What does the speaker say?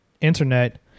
internet